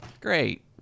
great